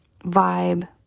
vibe